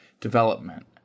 development